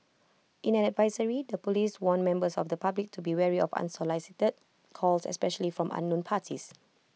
in an advisory the Police warned members of the public to be wary of unsolicited calls especially from unknown parties